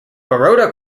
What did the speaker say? baroda